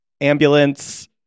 Ambulance